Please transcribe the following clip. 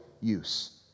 use